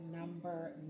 number